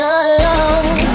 alone